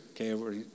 okay